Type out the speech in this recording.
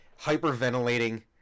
hyperventilating